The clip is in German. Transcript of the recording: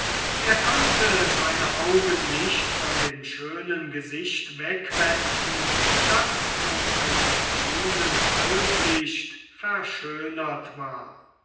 er konnte seine augen nicht von dem schönen gesicht wegwenden das von einem grünen halblichte verschönert war